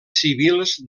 civils